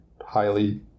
highly